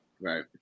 Right